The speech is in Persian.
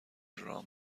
رام